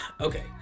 okay